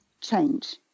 change